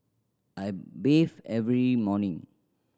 I bathe every morning